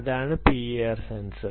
അതാണ് പിഐആർ